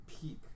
peak